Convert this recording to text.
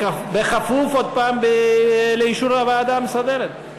בכפוף, עוד הפעם, לאישור הוועדה המסדרת.